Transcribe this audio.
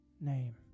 name